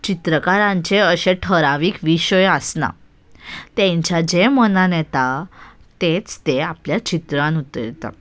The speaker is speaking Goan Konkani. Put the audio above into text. चित्रकारांचे अशे ठरावीक विशय आसना तांच्या जें मनान येता तेंच तें आपल्या चित्रान उतरता